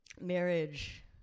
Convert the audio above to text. marriage